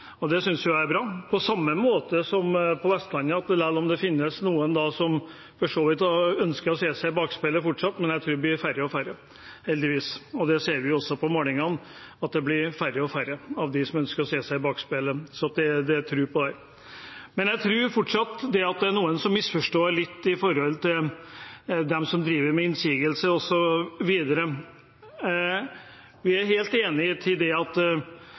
Det synes jeg er bra. På samme måte er det for Vestland: Selv om det finnes noen som ønsker å se seg i bakspeilet fortsatt, tror jeg det blir færre og færre, heldigvis. Det ser vi også på meningsmålingene – det blir færre og færre av dem som ser seg i bakspeilet. Så det er en tro på dette. Jeg tror fortsatt at det er noen som misforstår litt når det gjelder de som driver med innsigelser osv. Vi er helt enig i at Statsforvalterens oppgave i stor grad bør være kontroll. Det